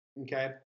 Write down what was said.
Okay